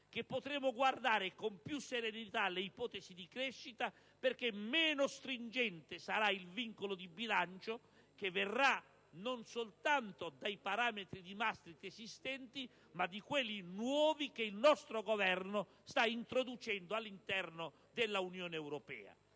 che potremo guardare con più serenità alle ipotesi di crescita, perché meno stringente sarà il vincolo di bilancio che verrà non soltanto dai parametri di Maastricht esistenti ma da quelli nuovi che il nostro Governo sta introducendo all'interno dell'Unione europea.